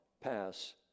pass